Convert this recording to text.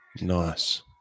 Nice